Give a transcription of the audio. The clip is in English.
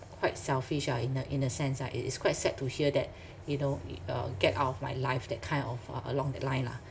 quite selfish ah in a in a sense ah it is quite sad to hear that you know uh get out of my life that kind of uh along that line lah